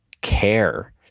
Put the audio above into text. care